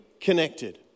connected